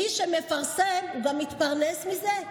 מי שמפרסם הוא גם מתפרנס מזה,